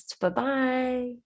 Bye-bye